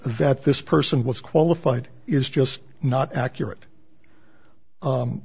that this person was qualified is just not accurate